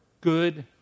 Good